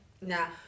Now